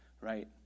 right